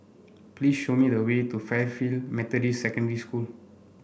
please show me the way to Fairfield Methodist Secondary School